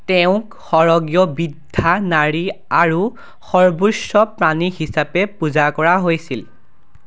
তেওঁক সৰগীয় বৃদ্ধা নাৰী আৰু সৰ্বোচ্চ প্ৰাণী হিচাপে পূজা কৰা হৈছিল